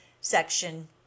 Section